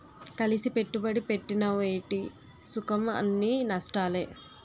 కలిసి పెట్టుబడి పెట్టినవ్ ఏటి సుఖంఅన్నీ నష్టాలే